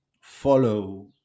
follow